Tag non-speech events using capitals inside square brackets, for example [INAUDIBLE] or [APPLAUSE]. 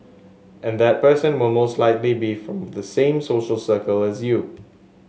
and that person will mostly like be [UNINTELLIGIBLE] from the same social circle as you